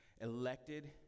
elected